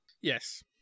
Yes